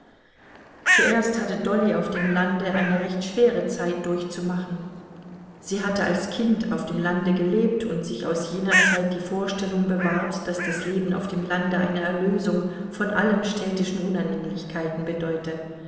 zuerst hatte dolly auf dem lande eine recht schwere zeit durchzumachen sie hatte als kind auf dem lande gelebt und sich aus jener zeit die vorstellung bewahrt daß das leben auf dem lande eine erlösung von allen städtischen unannehmlichkeiten bedeute